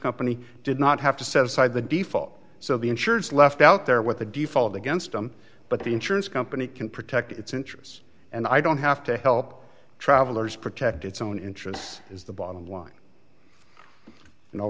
company did not have to set aside the default so the insurers left out there with a default against them but the insurance company can protect its interests and i don't have to help travelers protect its own interests is the bottom line